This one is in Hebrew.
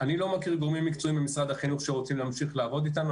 אני לא מכיר גורמים מקצועיים במשרד החינוך שרוצים להמשיך לעבוד אתנו,